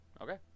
Okay